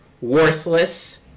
worthless